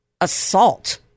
assault